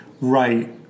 Right